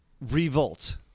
Revolt